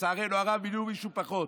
לצערנו הרב, מינו מישהו פחות.